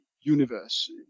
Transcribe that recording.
universe